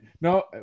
No